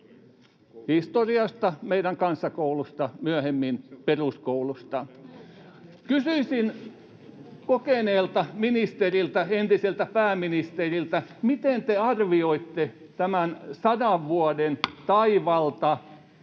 historiasta — kansakoulusta, myöhemmin peruskoulusta. Kysyisin kokeneelta ministeriltä, entiseltä pääministeriltä: Miten te arvioitte tämän sadan vuoden taivalta